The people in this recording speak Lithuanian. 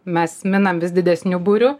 mes minam vis didesniu būriu